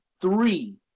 three